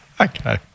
Okay